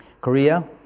Korea